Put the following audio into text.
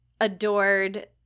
adored